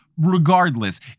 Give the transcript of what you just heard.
Regardless